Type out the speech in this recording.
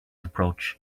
approach